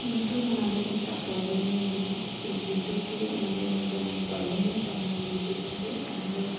বিদ্যুৎ আমাদের একটা প্রয়োজনীয় জিনিস সেই বিদ্যুৎ থেকে আমাদের যেমন প্রয়োজনীয় তেমন বিদ্যুৎ থেকে আমাদের